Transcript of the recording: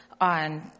On